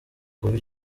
kuva